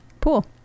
pool